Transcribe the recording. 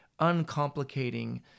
uncomplicating